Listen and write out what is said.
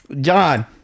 john